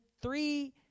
three